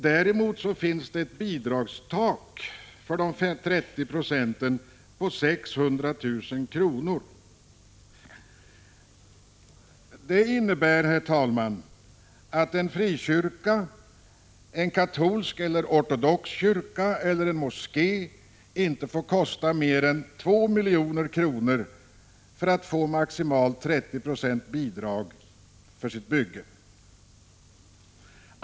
Däremot finns det ett bidragstak beträffande de 30 procenten på 600 000 kr. Detta innebär, herr talman, att en frikyrka, en katolsk eller en ortodox kyrka eller en moské inte får kosta mer än 2 milj.kr., om man skall kunna få maximala 30 2 i bidrag för bygget.